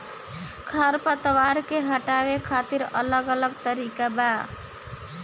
खर पतवार के हटावे खातिर अलग अलग तरीका बा